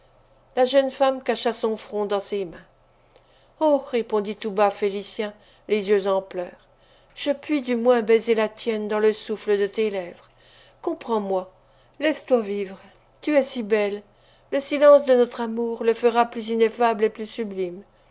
la jeune femme cacha son front dans ses mains oh répondit tout bas félicien les yeux en pleurs je puis du moins baiser la tienne dans le souffle de tes lèvres comprends moi laisse-toi vivre tu es si belle le silence de notre amour le fera plus ineffable et plus sublime